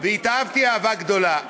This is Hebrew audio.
והתאהבתי אהבה גדולה.